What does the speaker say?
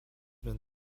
been